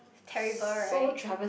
terrible right